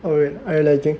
oh wait are you lagging